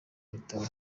ibitabo